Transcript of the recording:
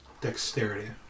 dexterity